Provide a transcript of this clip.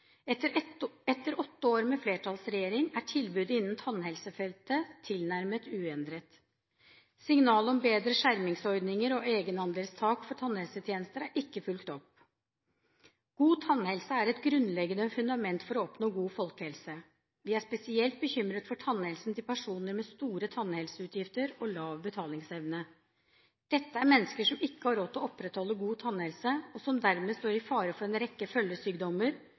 Etter åtte år med flertallsregjering er tilbudet innen tannhelsefeltet tilnærmet uendret. Signal om bedre skjermingsordninger og egenandelstak for tannhelsetjenester er ikke fulgt opp. God tannhelse er et grunnleggende fundament for å oppnå god folkehelse. Vi er spesielt bekymret for tannhelsen til personer med store tannhelseutgifter og lav betalingsevne – mennesker som ikke har råd til å opprettholde god tannhelse, og som dermed står i fare for å få en rekke følgesykdommer.